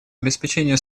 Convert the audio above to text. обеспечению